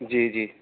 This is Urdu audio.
جی جی